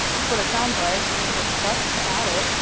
that's what it sounds like. i'm going to hit plus to add it.